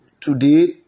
today